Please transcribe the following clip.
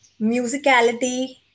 musicality